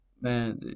Man